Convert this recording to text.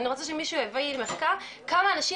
אני רוצה שמישהו יביא לי מחקר כמה אנשים